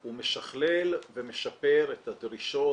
הוא משכלל ומשפר את הדרישות,